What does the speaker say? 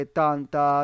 tanta